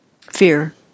Fear